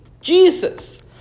Jesus